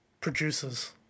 Producers